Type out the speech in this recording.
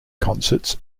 concerts